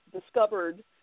discovered